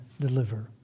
deliver